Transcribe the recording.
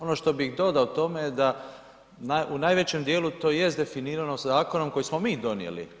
Ono što bih dodao tome je da u najvećem dijelu to jest definirano zakonom koji smo mi donijeli.